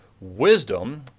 wisdom